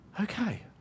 okay